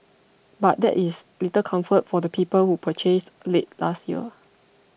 but that is little comfort for the people who purchased late last year